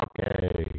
Okay